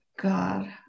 God